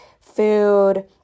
food